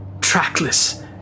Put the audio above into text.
Trackless